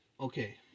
Okay